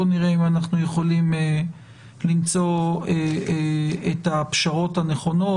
בואו נראה אם אנחנו יכולים למצוא את הפשרות הנכונות.